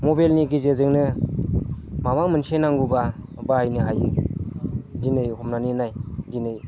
मबाइलनि गेजेरजोंनो माबा मोनसे नांगौब्ला बाहायनो हायो दिनै हमनानै नाय दिनै